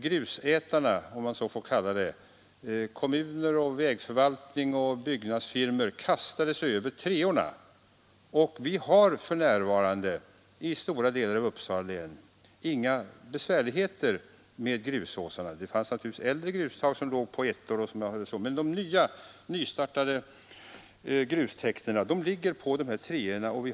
Grusätarna, om jag så får kalla dem — kommuner, vägförvaltningar och byggnadsfirmor — formligen kastade sig över 3:orna, och därför har vi i stora delar av Uppsala län för närvarande inga besvärligheter med grusåsarna. Det finns naturligtvis äldre grusåsar som klassas som 1:or men ändå exploateras, men flertalet nystartade grustäkter ligger vid 3:orna.